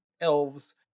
elves